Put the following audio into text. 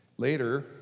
Later